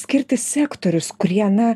skirti sektorius kurie na